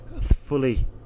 fully